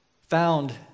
found